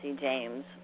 James